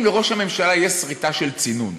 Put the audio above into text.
אם לראש הממשלה יש שריטה של צינון,